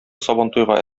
сабантуйга